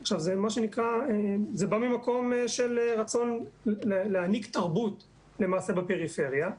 זה בא ממקום של רצון להעניק תרבות בפריפריה,